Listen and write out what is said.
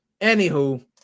Anywho